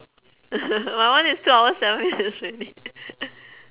my one is two hours seven minutes already